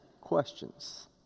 questions